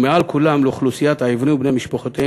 ומעל כולם לאוכלוסיית העיוורים ובני-משפחותיהם